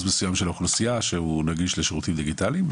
מסוים של האוכלוסייה שהוא נגיש לשירותים דיגיטליים,